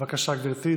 בבקשה, גברתי.